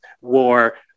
war